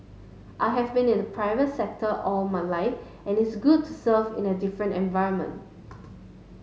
I've been in the private sector all my life and it's good to serve in a different environment